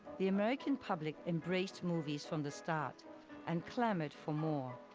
the american public embraced movies from the start and clamored for more.